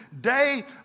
day